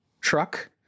truck